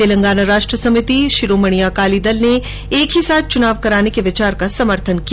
तेलंगाना राष्ट्र समिति शिरोमणि अकाली दल ने एक ही साथ चुनाव कराने के विचार का समर्थन किया